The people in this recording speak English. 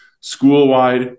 school-wide